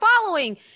following